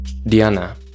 Diana